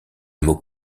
mot